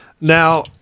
Now